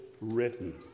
written